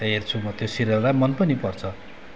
हेर्छु म त्यो सिरियल र मन पनि पर्छ